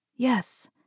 Yes